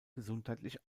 gesundheitlich